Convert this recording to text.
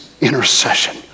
intercession